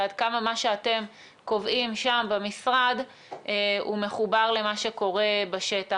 ועד כמה מה שאתם קובעים שם במשרד הוא מחובר למה שקורה בשטח.